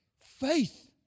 faith